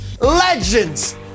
legends